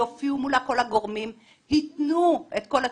שיופיעו מולה כל הגורמים ויתנו את כל התשובות.